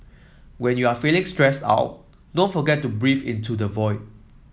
when you are feeling stressed out don't forget to breathe into the void